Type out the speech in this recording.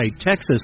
Texas